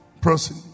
person